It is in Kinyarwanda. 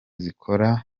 zikora